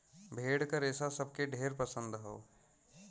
भेड़ क रेसा सबके ढेर पसंद हौ